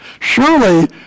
Surely